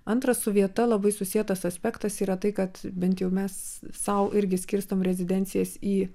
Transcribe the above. antra su vieta labai susietas aspektas yra tai kad bent jau mes sau irgi skirstom rezidencijas jį